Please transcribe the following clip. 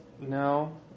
No